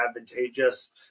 advantageous